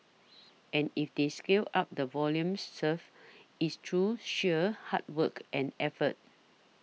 and if they scale up the volume served it's through sheer hard work and effort